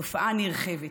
תופעה נרחבת,